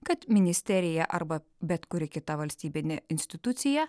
kad ministerija arba bet kuri kita valstybinė institucija